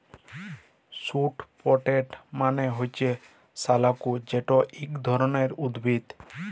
sweet potato মালে হছে শাঁকালু যেট ইক ধরলের উদ্ভিদ